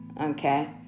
okay